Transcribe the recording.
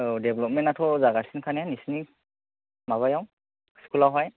औ देफलापमेन्टआथ' जागासिनोखा ने नोंसोरनि माबायाव स्कुलावहाय